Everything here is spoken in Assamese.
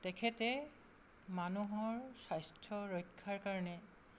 তেখেতে মানুহৰ স্বাস্থ্য ৰক্ষাৰ কাৰণে